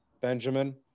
Benjamin